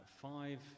five